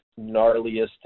gnarliest